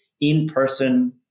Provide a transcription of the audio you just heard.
in-person